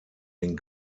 den